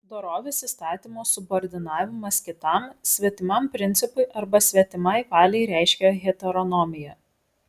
dorovės įstatymo subordinavimas kitam svetimam principui arba svetimai valiai reiškia heteronomiją